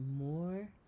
more